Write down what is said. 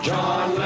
John